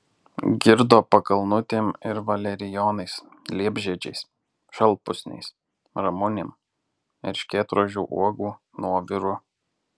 girdo pakalnutėm ir valerijonais liepžiedžiais šalpusniais ramunėm erškėtrožių uogų nuoviru